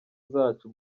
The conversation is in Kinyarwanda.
zacu